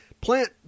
plant